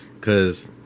Cause